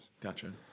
gotcha